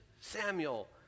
Samuel